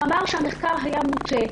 הוא אמר שהמחקר היה מוטה.